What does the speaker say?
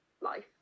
life